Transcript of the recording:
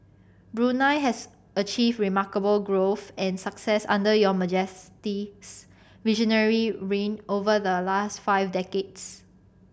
Brunei has achieved remarkable growth and success under Your Majesty's visionary reign over the last five decades